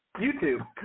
YouTube